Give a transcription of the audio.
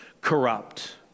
corrupt